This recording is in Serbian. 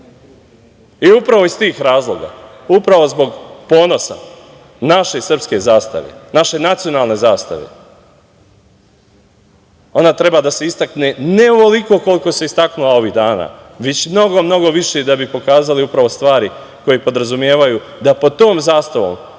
iz tih razloga, upravo zbog ponosa naše srpske zastave, naše nacionalne zastave, ona treba da se istakne ne ovoliko koliko se istaknula ovih dana, već mnogo, mnogo više da bi pokazali stvari koje podrazumevaju da pod tom zastavom